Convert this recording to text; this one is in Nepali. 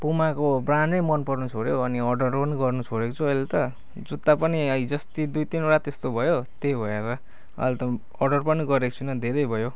पुमाको ब्रान्डै मन पर्नु छोड्यो अनि अर्डर पनि गर्नु छोडेको छु अहिले त जुत्ता पनि हिजो अस्ति दुई तिनवटा त्यस्तो भयो त्यही भएर अहिले त अर्डर पनि गरेको छुइनँ धेरै भयो